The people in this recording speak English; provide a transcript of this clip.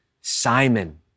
Simon